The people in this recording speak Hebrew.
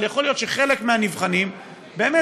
אבל יכול להיות שחלק מהנבחנים באמת